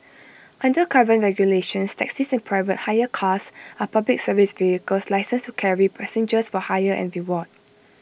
under current regulations taxis and private hire cars are Public Service vehicles licensed to carry passengers for hire and reward